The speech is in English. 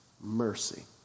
Mercy